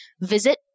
Visit